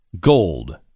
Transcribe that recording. Gold